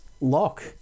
lock